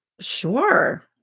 Sure